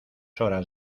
horas